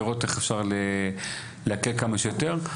לראות איך אפשר לתת כמה שיותר.